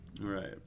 right